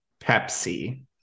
Pepsi